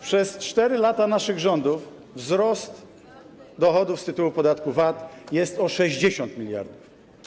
Przez 4 lata naszych rządów wzrost dochodów z tytułu podatku VAT wyniósł 60 mld.